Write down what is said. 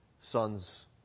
sons